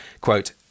Quote